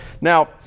Now